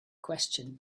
question